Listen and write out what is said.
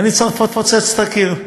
ואני צריך לפוצץ את הקיר.